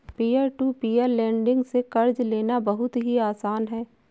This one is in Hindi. पियर टू पियर लेंड़िग से कर्ज लेना बहुत ही आसान है